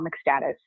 status